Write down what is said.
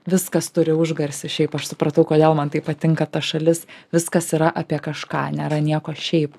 viskas turi užgarsį šiaip aš supratau kodėl man taip patinka ta šalis viskas yra apie kažką nėra nieko šiaip